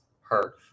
hurt